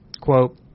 quote